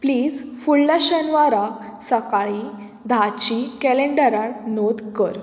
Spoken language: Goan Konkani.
प्लीज फुडल्या शेनवाराक सकाळीं धाची कॅलेंडराक नोत कर